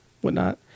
whatnot